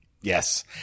Yes